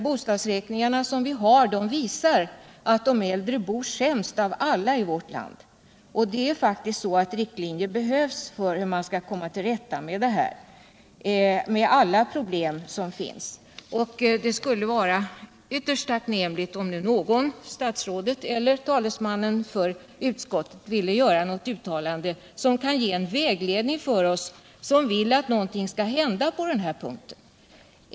Bostadsräkningarna visar att de äldre bor sämst av alla i vårt land. Det behövs riktlinjer för hur man skall komma till rätta med alla problemen. Det skulle vara ytterst tacknämligt om nu någon — statsrådet eller talesmannen för utskottet — ville göra ett uttalande som kan ge en vägledning för oss som vill att någonting skall hända på den här punkten.